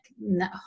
no